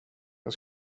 jag